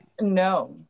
No